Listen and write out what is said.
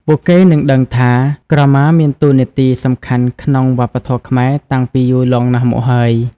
ពួកគេនឹងដឹងថា ក្រមាមានតួនាទីសំខាន់ក្នុងវប្បធម៌ខ្មែរតាំងពីយូរលង់ណាស់មកហើយ។